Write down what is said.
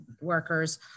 workers